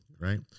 right